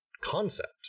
concept